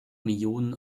millionen